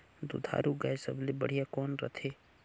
दुधारू गाय सबले बढ़िया कौन रथे?